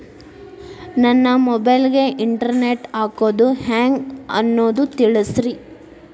ನನ್ನ ಮೊಬೈಲ್ ಗೆ internet ಹಾಕ್ಸೋದು ಹೆಂಗ್ ಅನ್ನೋದು ತಿಳಸ್ರಿ